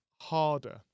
harder